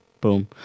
Boom